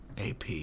AP